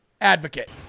advocate